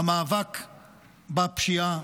המאבק בפשיעה,